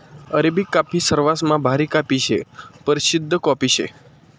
Arabic coffee सरवासमा भारी coffee शे, परशिद्ध कॉफी शे